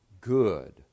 good